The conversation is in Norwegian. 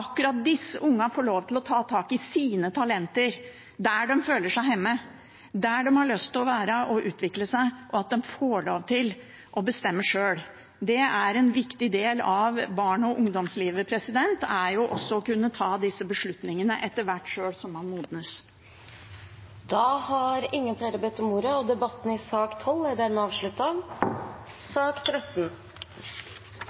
akkurat disse ungene får lov til å ta tak i sine talenter der de føler seg hjemme, der de har lyst til å være og utvikle seg, og at de får lov til å bestemme selv. En viktig del av barne- og ungdomslivet er å kunne ta disse beslutningene etter hvert som man modnes. Flere har ikke bedt om ordet til sak nr. 12. Etter ønske fra helse- og omsorgskomiteen vil presidenten ordne debatten